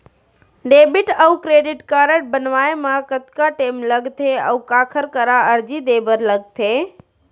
Debit अऊ credit card बनवाए मा कतका टेम लगथे, अऊ काखर करा अर्जी दे बर लगथे?